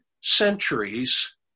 centuries